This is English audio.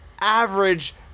average